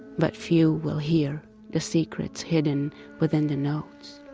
but few will hear the secrets hidden within the notes.